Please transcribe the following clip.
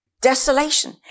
Desolation